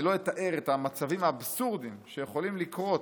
אני לא אתאר את המצבים האבסורדיים שיכולים לקרות,